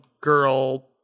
girl